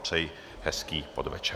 Přeji hezký podvečer.